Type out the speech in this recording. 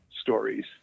stories